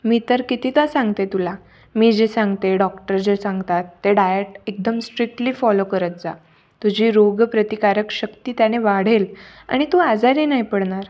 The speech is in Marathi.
मी तर कितीदा सांगते तुला मी जे सांगते डॉक्टर जे सांगतात ते डायट एकदम स्ट्रिक्टली फॉलो करत जा तुझी रोग प्रतिकारक शक्ती त्याने वाढेल आणि तू आजारी नाही पडणार